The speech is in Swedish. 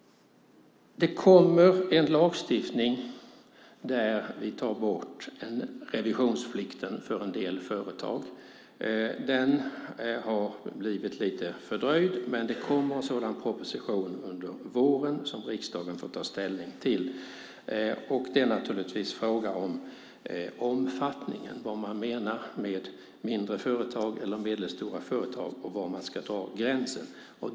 Det kommer en lagstiftning om att ta bort revisionsplikten för en del företag. Den har blivit lite fördröjd, men det kommer en proposition under våren som riksdagen får ta ställning till. Det är naturligtvis fråga om omfattningen, vad man menar med mindre eller medelstora företag och var man ska dra gränsen.